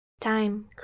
time